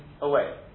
away